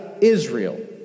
Israel